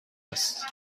است